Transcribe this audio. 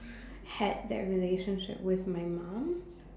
had that relationship with my mum